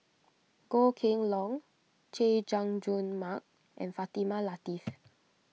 Goh Kheng Long Chay Jung Jun Mark and Fatimah Lateef